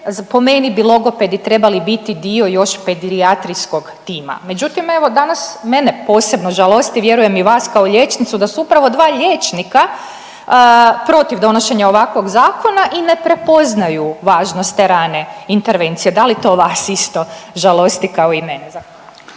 po meni bi logopedi trebali biti dio još pedijatrijskog tima. Međutim, evo danas mene posebno žalosti, vjerujem i vas kao liječnicu da su upravo dva liječnika protiv donošenja ovakvog zakona i ne prepoznaju važnost te rane intervencije, da li to vas isto žalosti kao i mene?